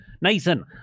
Nathan